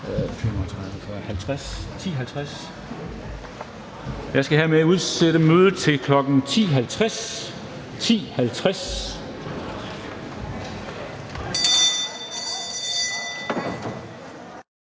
Jeg skal hermed udsætte mødet til kl. 10.50.